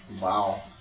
wow